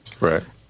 Right